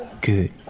Good